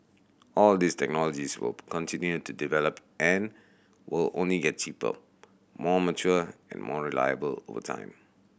all these technologies will continue to develop and will only get cheaper more mature and more reliable over time